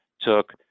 took